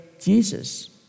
Jesus